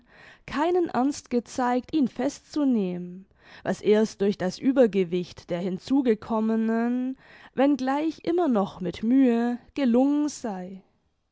keinen ernst gezeigt ihn festzunehmen was erst durch das uebergewicht der hinzugekommenen wenn gleich immer noch mit mühe gelungen sei